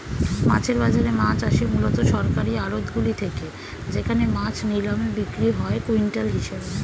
মাছের বাজারে মাছ আসে মূলত সরকারি আড়তগুলি থেকে যেখানে মাছ নিলামে বিক্রি হয় কুইন্টাল হিসেবে